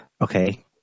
Okay